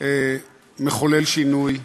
מחולל שינוי,